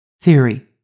Theory